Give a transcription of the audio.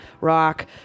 rock